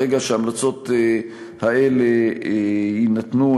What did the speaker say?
ברגע שההמלצות האלה יינתנו,